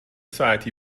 ساعتی